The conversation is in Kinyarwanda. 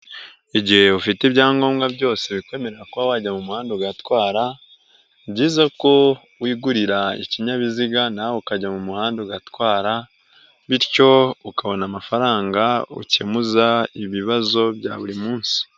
Igihe ufite ibyangombwa byose bikwemere kuba wajya mu muhanda ugatwara ni byiza ko wigurira ikinyabiziga nawe ukajya mu muhanda ugatwara bityo ukabona amafaranga ukemuza ibibazo bya buri munsi.